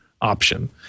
option